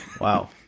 wow